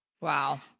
Wow